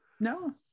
No